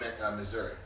Missouri